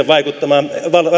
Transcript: vaikuttamaan